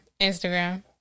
Instagram